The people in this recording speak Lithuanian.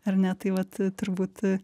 ar ne tai vat turbūt